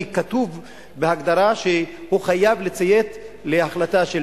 כי כתוב בהגדרה שהוא חייב לציית להחלטה של